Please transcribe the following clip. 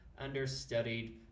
understudied